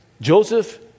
Joseph